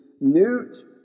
Newt